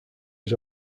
his